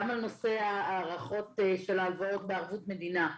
גם על נושא הארכות של ההלוואות בערבות מדינה.